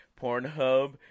Pornhub